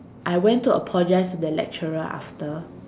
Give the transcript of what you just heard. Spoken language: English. I went to apologize to the lecturer after